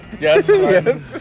Yes